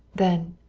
then,